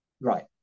right